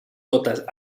totes